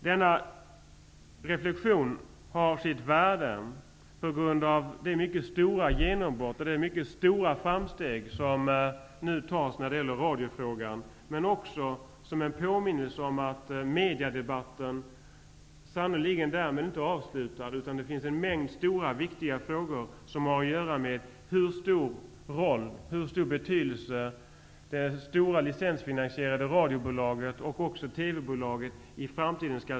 Denna reflexion har sitt värde på grund av det stora framsteg som nu görs när det gäller radioprogram, men också som en påminnelse om att mediadebatten sannerligen inte är avslutad. Det finns en mängd viktiga frågor som har att göra med hur stor roll det licensfinansierade radiobolaget -- och TV-bolaget -- skall spela i framtiden.